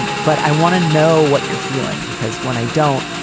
and but i want to know what you're feeling because when i don't,